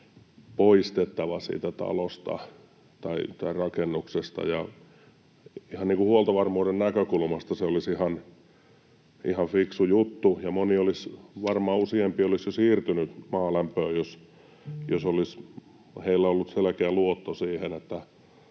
poistettava siitä talosta tai rakennuksesta. Ihan huoltovarmuuden näkökulmasta säilyttäminen olisi ihan fiksu juttu, ja varmaan useampi olisi jo siirtynyt maalämpöön, jos olisi heillä ollut selkeä luotto siihen,